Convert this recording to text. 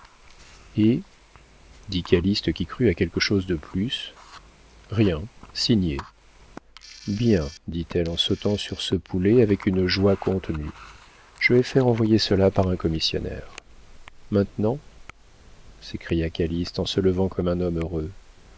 dit calyste qui crut à quelque chose de plus rien signez bien dit-elle en sautant sur ce poulet avec une joie contenue je vais faire envoyer cela par un commissionnaire maintenant s'écria calyste en se levant comme un homme heureux